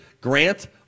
Grant